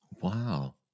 Wow